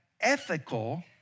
ethical